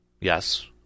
Yes